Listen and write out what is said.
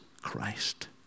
Christ